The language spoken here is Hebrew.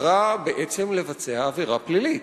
קרא בעצם לבצע עבירה פלילית,